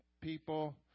people